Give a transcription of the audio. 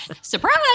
Surprise